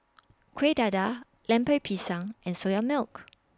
Kueh Dadar Lemper Pisang and Soya Milk